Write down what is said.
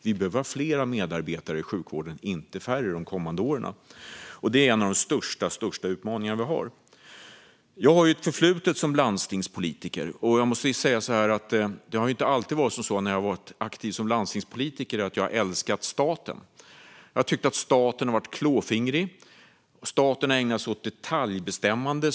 Vi behöver under kommande år ha fler medarbetare i sjukvården, inte färre. Detta är en av de största utmaningar som vi har. Jag har ett förflutet som landstingspolitiker. När jag har varit aktiv sådan har jag inte alltid älskat staten. Jag har tyckt att staten har varit klåfingrig. Staten har ägnat sig åt detaljbestämmande.